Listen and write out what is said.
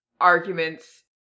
arguments